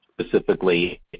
specifically